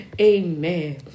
Amen